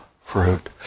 fruit